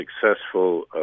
successful